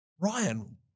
Ryan